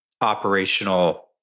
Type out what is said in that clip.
operational